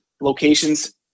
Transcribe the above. locations